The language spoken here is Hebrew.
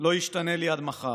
לא ישתנה לי עד מחר".